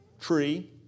tree